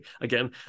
Again